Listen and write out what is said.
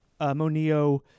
Monio